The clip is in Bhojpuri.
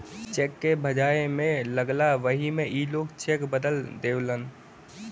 चेक के भजाए मे लगला वही मे ई लोग चेक बदल देवेलन